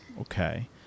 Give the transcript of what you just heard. Okay